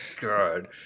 God